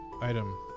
item